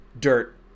dirt